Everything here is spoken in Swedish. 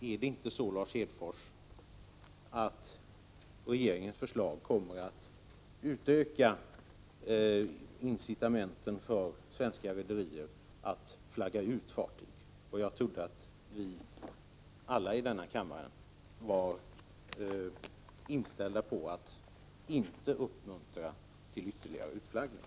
Är det inte så, Lars Hedfors, att regeringens förslag kommer att öka incitamenten för svenska rederier att flagga ut fartyg? Jag trodde att vi alla i denna kammare var inställda på att inte uppmuntra till utflaggning i onödan!